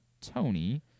Tony